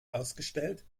ausgestellt